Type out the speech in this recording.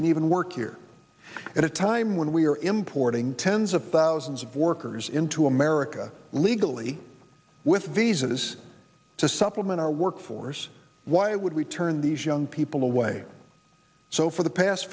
can even work here at a time when we are importing tens of thousands of workers into america illegally with visas to supplement our workforce why would we turn these young people away so for the past